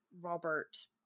robert